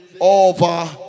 over